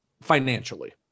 financially